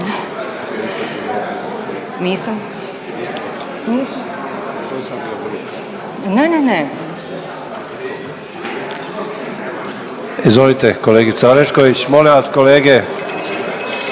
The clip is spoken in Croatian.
Izvolite kolegice Orešković. Molim vas kolege,